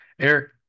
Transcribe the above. Eric